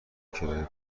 کرایه